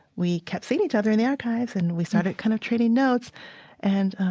we kept seeing each other in the archives and we started kind of trading notes and,